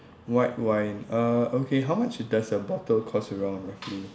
white wine uh okay how much does a bottle cost around roughly